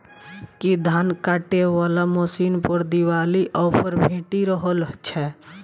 की धान काटय वला मशीन पर दिवाली ऑफर भेटि रहल छै?